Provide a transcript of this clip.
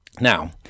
Now